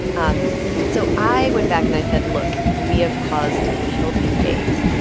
um so i went back and i said, look, we have caused healthy debate.